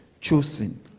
chosen